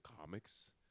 comics